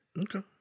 Okay